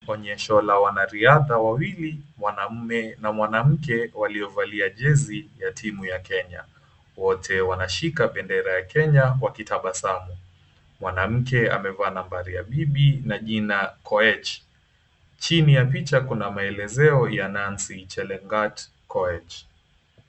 Onyesho la wanariadha wawili, mwanamume na mwanamke waliovalia jezi ya timu ya Kenya. Wote wanashika bendera ya Kenya wakitabasamu. Mwanamke amevaa nambari ya bibi na jina Koech. Chini ya picha kuna maelezo ya Nancy Chelagat Koech.